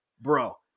bro